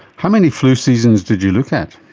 how many flu seasons did you look at?